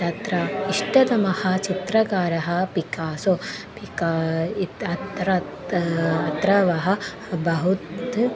तत्र इष्टतमः चित्रकारः पिकासो पिका इति अत्र अत्र अत्र वः बहुत्र